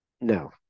no